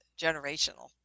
generational